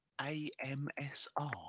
A-M-S-R